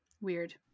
Weird